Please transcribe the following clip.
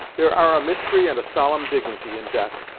there are a mystery and a solemn dignity in death,